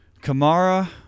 Kamara